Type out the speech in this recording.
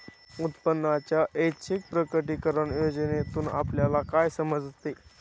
उत्पन्नाच्या ऐच्छिक प्रकटीकरण योजनेतून आपल्याला काय समजते?